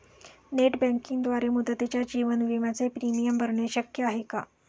Net बँकिंगद्वारे मुदतीच्या जीवन विम्याचे प्रीमियम भरणे शक्य आहे का?